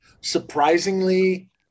surprisingly